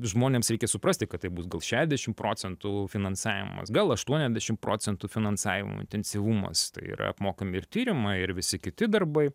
žmonėms reikia suprasti kad taip bus gal šešdešim procentų finansavimas gal aštuonedešim procentų finansavimo intensyvumas tai yra apmokami ir tyrimai ir visi kiti darbai